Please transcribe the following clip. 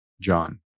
John